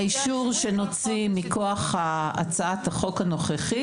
האישור שנוציא מכוח הצעת החוק הנוכחית